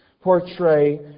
portray